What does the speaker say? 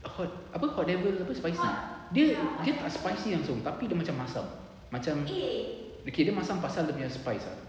apa hot devil spicy dia dia tak spicy tapi dia macam masam macam okay dia masam pasal nya spice